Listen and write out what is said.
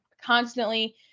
constantly